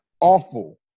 awful